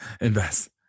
Invest